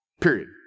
period